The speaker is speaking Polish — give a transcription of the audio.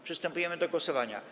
Przystępujemy do głosowania.